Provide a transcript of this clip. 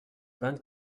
vingt